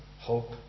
Hope